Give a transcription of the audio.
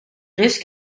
risk